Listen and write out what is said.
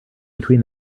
between